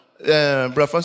Brother